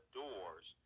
doors